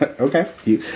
Okay